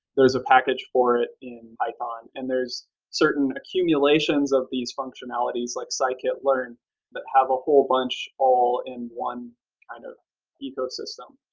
there's a package for it in python and there's certain accumulations of these functionalities, like scikit learn that have a whole bunch all in one kind of ecosystem.